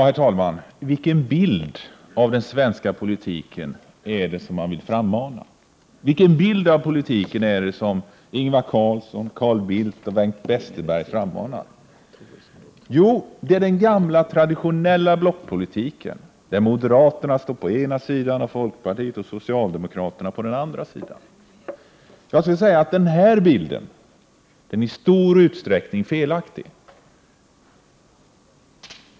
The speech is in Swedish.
Herr talman! Vilken bild av den svenska politiken är det som Ingvar Carlsson, Carl Bildt och Bengt Westerberg vill frammana? Jo, det är den gamla, traditionella blockpolitiken, där moderaterna står på ena sidan och folkpartiet och socialdemokraterna på den andra sidan. Den här bilden är i stor utsträckning felaktig.